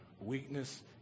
weakness